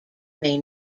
may